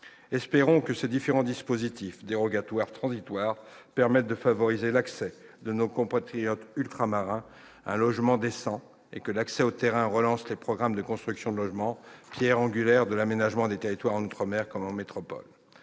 Espérons que ces différents dispositifs dérogatoires transitoires permettent de favoriser l'accès de nos compatriotes ultramarins à un logement décent et que l'accès aux terrains relance les programmes de construction de logements, pierre angulaire de l'aménagement des territoires en outre-mer comme en métropole.